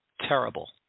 terrible